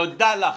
תודה לך,